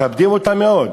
מכבדים אותה מאוד.